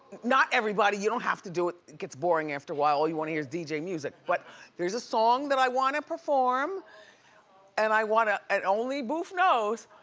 not everybody, you don't have to do it. it gets boring after while. all you wanna hear is dj music. but there's a song that i wanna perform and i wanna, and only boof knows,